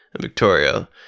Victoria